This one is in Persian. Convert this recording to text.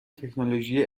تکنولوژی